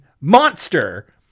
monster